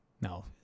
No